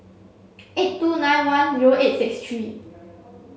eight two nine one zero eight six three